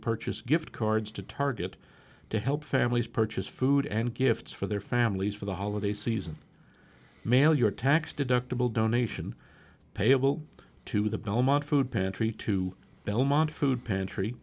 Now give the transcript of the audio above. purchase gift cards to target to help families purchase food and gifts for their families for the holiday season mail your tax deductible donation payable to the belmont food pantry to belmont food pantry